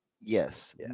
Yes